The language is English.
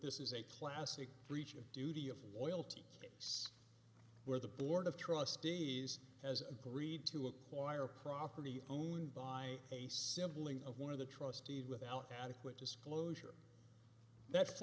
this is a classic breach of duty of loyalty space where the board of trustees has agreed to acquire property owned by a sibling of one of the trustees without adequate disclosure that